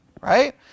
Right